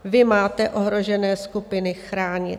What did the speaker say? Vy máte ohrožené skupiny chránit.